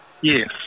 Yes